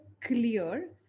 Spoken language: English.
clear